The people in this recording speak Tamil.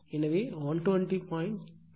எனவே 120